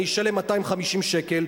אני אשלם 250 שקל,